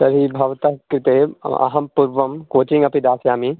तर्हि भवतः कृते अहं पूर्वं कोचिङ्ग् अपि दास्यामि